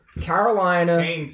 Carolina